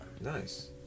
Nice